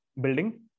building